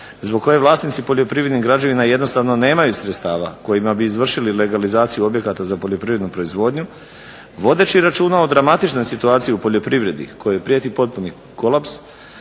zbog koje vlasnici poljoprivrednih građevina jednostavno nemaju sredstava kojima bi izvršili legalizaciju objekata za poljoprivrednu proizvodnju vodeći računa o dramatičnoj situaciji u poljoprivredi kojoj prijeti potpuni kolaps,